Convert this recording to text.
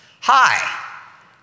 Hi